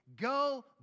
Go